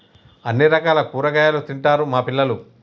అన్ని రకాల కూరగాయలు తింటారు మా పిల్లలు